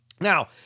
Now